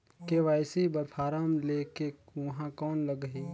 KYC बर फारम ले के ऊहां कौन लगही?